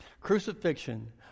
Crucifixion